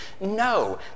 no